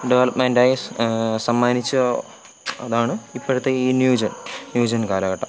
ഡെവലപ്മെൻ്റായി സമ്മാനിച്ച അതാണ് ഇപ്പോഴത്തെ ഈ ന്യൂ ജൻ ന്യൂ ജൻ കാലഘട്ടം